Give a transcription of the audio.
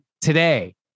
today